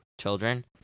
children